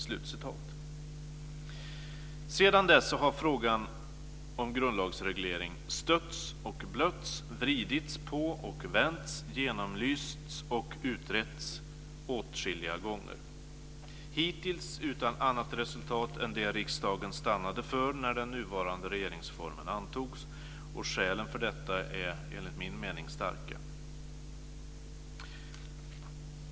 Sedan dess har frågan om grundlagsreglering stötts och blötts, vridits och vänts på, genomlysts och utretts åtskilliga gånger. Det har hittills varit utan annat resultat än det riksdagen stannade för när den nuvarande regeringsformen antogs. Skälen för detta är, enligt min mening, starka.